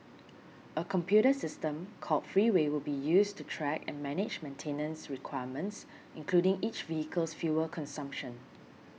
a computer system called Freeway will be used to track and manage maintenance requirements including each vehicle's fuel consumption